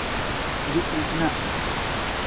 ᱦᱤᱡᱩᱜ ᱛᱤᱱ ᱠᱷᱚᱱᱟᱜ